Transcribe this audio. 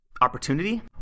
Opportunity